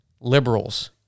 liberals